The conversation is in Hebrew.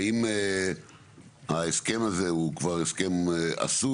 האם ההסכם הזה הוא כבר הסכם עשוי,